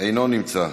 אינו נמצא.